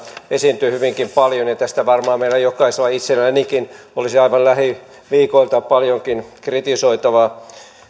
esiintyy hyvinkin paljon ja tästä varmaan meillä jokaisella itsellänikin olisi aivan lähiviikoilta paljonkin kritisoitavaa